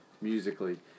musically